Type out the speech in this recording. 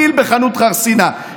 פיל בחנות חרסינה,